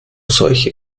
solche